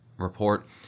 report